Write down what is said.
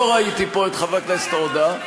לא ראיתי פה את חבר הכנסת עודה,